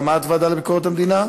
גם את, לוועדה לביקורת המדינה?